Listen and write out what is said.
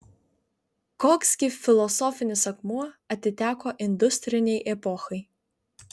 koks gi filosofinis akmuo atiteko industrinei epochai